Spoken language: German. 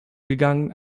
gegangen